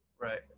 right